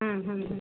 हम्म हम्म